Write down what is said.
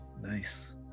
Nice